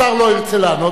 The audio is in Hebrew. השר לא ירצה לענות,